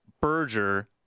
Berger